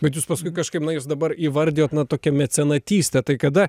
bet jūs paskui kažkaip na jūs dabar įvardijot na tokią mecenatystę tai kada